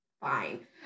fine